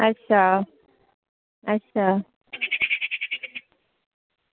अच्छा अच्छा